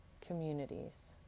communities